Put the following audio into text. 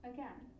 Again